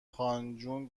خانجون